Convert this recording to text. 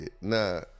Nah